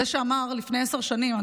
זה שאמר לפני עשר שנים,